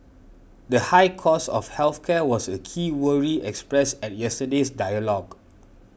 the high cost of health care was a key worry expressed at yesterday's dialogue